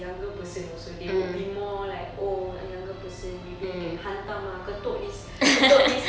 younger person also they would be more like oh a younger person maybe I can hentam ah ketuk this ketuk this